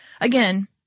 again